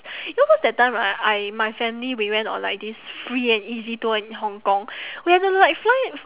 you know cause that time right I my family we went on like this free and easy tour in Hong-Kong we had to like fly